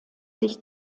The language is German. sich